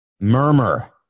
murmur